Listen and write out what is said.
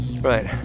Right